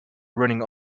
running